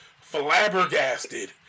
flabbergasted